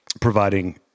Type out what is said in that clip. providing